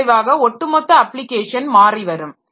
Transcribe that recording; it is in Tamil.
இதன் விளைவாக ஒட்டுமொத்த அப்ளிகேஷன் மாறிவரும்